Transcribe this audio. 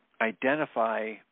identify